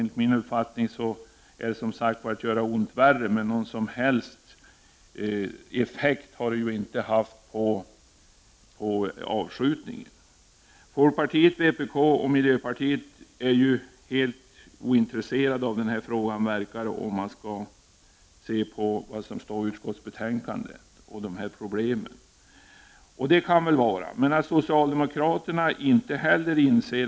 Enligt min uppfattning är det att göra ont värre, och det har inte haft någon som helst effekt på avskjutningen. Folkpartiet, vpk och miljöpartiet verkar, att döma av det som står i utskottsbetänkandet, vara helt ointresserade av detta problem. Det må så vara, men när inte heller socialdemokraterna inser problemet är det värre.